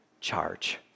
charge